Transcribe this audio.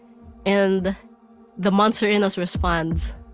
and the monster in us responds